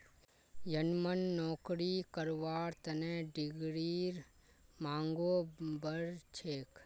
यनमम नौकरी करवार तने डिग्रीर मांगो बढ़ छेक